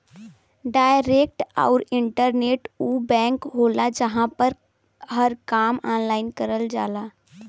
direct आउर internet उ bank होला जहां पर हर काम ऑनलाइन करल जाला